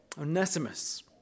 Onesimus